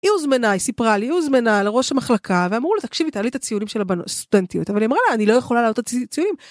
היא הוזמנה, היא סיפרה לי. היא הוזמנה לראש המחלקה, ואמרו לה "תקשיבי, תעלי את הציונים של הבנות... סטודנטיות". אבל היא אמרה לה, אני לא יכולה להעלות את הציונים.